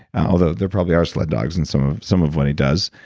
although there probably are sled dogs in some of some of what he does.